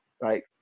right